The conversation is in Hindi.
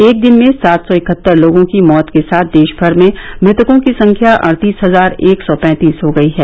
एक दिन में सात सौ इकहत्तर लोगों की मौत के साथ देशभर में मृतकों की संख्या अड़तीस हजार एक सौ पैंतीस हो गई है